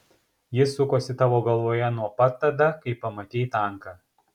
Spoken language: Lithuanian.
jis sukosi tavo galvoje nuo pat tada kai pamatei tanką